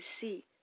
see